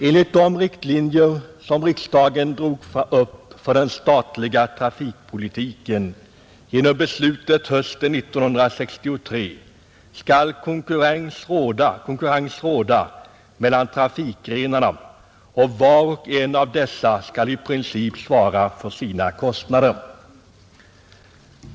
Enligt de riktlinjer som riksdagen drog upp för den statliga trafikpolitiken genom beslutet hösten 1963 skall konkurrens råda mellan trafikgrenarna, och var och en av dessa skall i princip svara för sina kostnader.